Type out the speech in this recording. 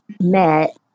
met